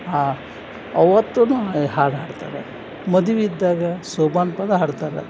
ಹಾಂ ಅವತ್ತೂ ಹಾಡು ಹಾಡ್ತಾರ ಮದುವಿ ಇದ್ದಾಗ ಶೋಭಾನ ಪದ ಹಾಡ್ತಾರೆ